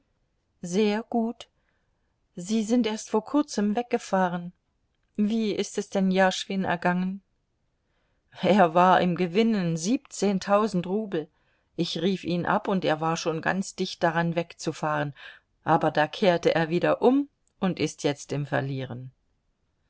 sehr gut sie sind erst vor kurzem weggefahren wie ist es denn jaschwin ergangen er war im gewinnen siebzehntausend rubel ich rief ihn ab und er war schon ganz dicht daran wegzufahren aber da kehrte er wieder um und ist jetzt im verlieren